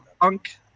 punk